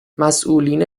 مسئولین